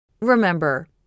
Remember